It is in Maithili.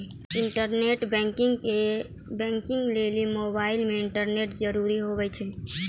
इंटरनेट बैंकिंग लेली मोबाइल मे इंटरनेट जरूरी हुवै छै